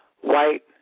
white